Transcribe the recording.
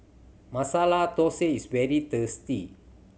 Masala Dosa is very tasty